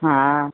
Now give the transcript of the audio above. हा